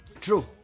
True